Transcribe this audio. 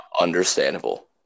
Understandable